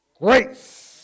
Grace